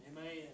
Amen